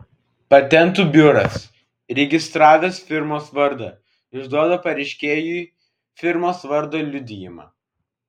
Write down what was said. patentų biuras įregistravęs firmos vardą išduoda pareiškėjui firmos vardo liudijimą